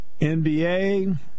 NBA